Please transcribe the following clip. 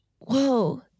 Whoa